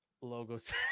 logos